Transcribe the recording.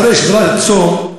אחרי ששבר את הצום,